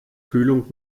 kühlung